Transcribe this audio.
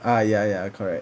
ah ya ya correct